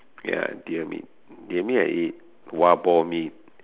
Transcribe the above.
ya deer meat deer meat I eat wild boar meat